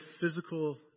physical